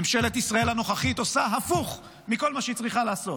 ממשלת ישראל הנוכחית עושה הפוך מכל מה שהיא צריכה לעשות.